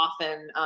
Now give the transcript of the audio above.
often –